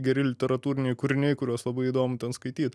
geri literatūriniai kūriniai kuriuos labai įdomu skaityt